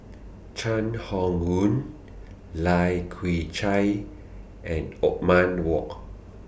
Chai Hon Yoong Lai Kew Chai and Othman Wok